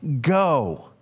Go